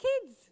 kids